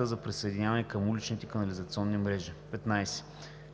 за присъединяване към уличните канализационни мрежи; 15.